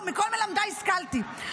מכל מלמדיי השכלתי,